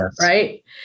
right